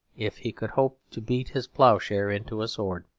if he could hope to beat his ploughshare into a sword.